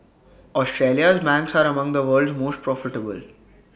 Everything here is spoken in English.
Australia's banks are among the world's most profitable